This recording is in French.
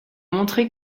montrer